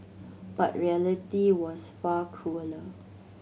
but reality was far crueller